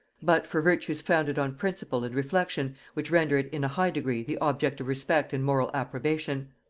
but for virtues founded on principle and reflection which render it in a high degree the object of respect and moral approbation.